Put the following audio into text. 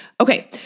Okay